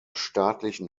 staatlichen